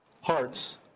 hearts